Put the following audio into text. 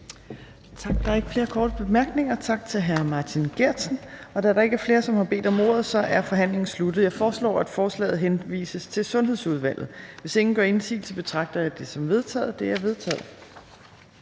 Tak. Der er ikke flere korte bemærkninger. Tak til hr. Martin Geertsen. Da der ikke er flere, der har bedt om ordet, er forhandlingen sluttet. Jeg foreslår, at forslaget til folketingsbeslutning henvises til Sundhedsudvalget. Hvis ingen gør indsigelse, betragter jeg det som vedtaget. Det er vedtaget.